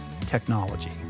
technology